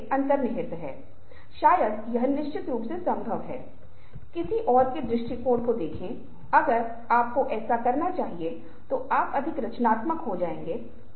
अब यह एक वार्तालाप था जो शायद कुछ हद तक एक निश्चित तरीके से एक पक्षीय वार्तालाप था क्योंकि वह अपनी कुंठाओं के बारे में बात कर रहा था उसका बेटा क्या कर रहा है और चीजों की एक विस्तृत श्रृंखला के बारे में बता कर रहा है